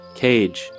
cage